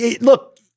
Look